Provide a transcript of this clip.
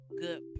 good